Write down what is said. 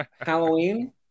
Halloween